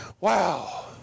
Wow